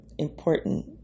Important